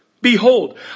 Behold